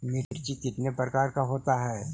मिर्ची कितने प्रकार का होता है?